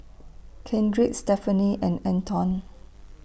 Kendrick Stephanie and Anton